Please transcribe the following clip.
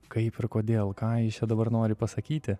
kaip ir kodėl ką jis čia dabar nori pasakyti